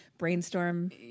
brainstorm